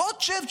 בוא שב,